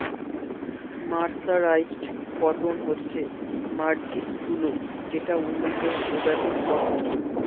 mercerised cotton হচ্ছে মার্জিত তুলো যেটা উন্নত প্রজাতির কটন